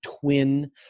twin